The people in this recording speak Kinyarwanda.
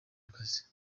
akazi